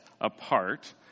apart